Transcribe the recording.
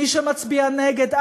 מי שמצביע נגד,